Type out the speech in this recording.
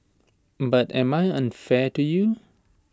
but am I unfair to you